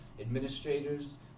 administrators